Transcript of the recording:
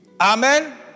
Amen